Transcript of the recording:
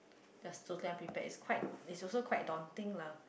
they are totally unprepared it's quite it's also quite daunting lah